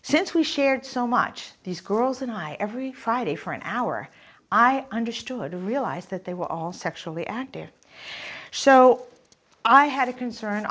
since we shared so much these girls and i every friday for an hour i understood realized that they were all sexually active so i had a concern